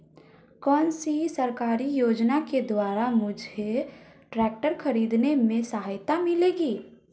कौनसी सरकारी योजना के द्वारा मुझे ट्रैक्टर खरीदने में सहायता मिलेगी?